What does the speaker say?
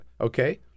Okay